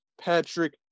Patrick